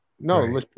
No